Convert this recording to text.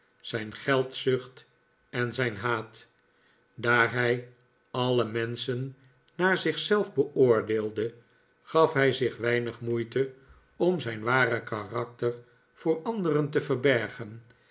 zijn geldzucht en zijn haat daar hij alle menschen naar zich zelf beoordeelde gaf hij zich weinig moeite om zijn ware karakter voor anderen te verbergen